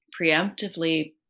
preemptively